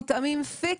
מותאמים פיקס.